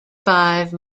five